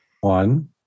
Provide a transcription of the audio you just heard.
One